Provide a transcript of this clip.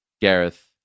Gareth